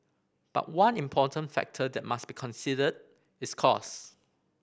but one important factor that must be considered is cost